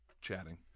chatting